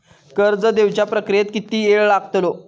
कर्ज देवच्या प्रक्रियेत किती येळ लागतलो?